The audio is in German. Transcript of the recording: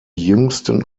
jüngsten